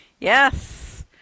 yes